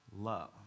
love